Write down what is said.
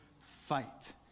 fight